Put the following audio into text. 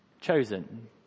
Chosen